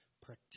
protect